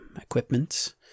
equipment